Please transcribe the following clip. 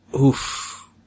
Oof